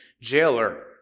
jailer